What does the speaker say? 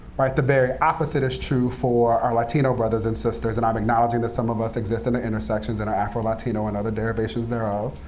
the very opposite is true for our latino brothers and sisters. and i'm acknowledging that some of us exist in the intersections, and are afro-latino, and other derivations thereof.